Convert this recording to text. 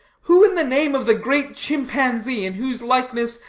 who in the name of the great chimpanzee, in whose likeness,